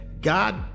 God